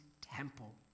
temple